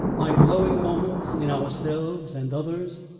by glowing moments in ourselves and others,